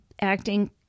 acting